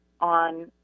on